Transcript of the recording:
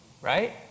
Right